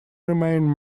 remain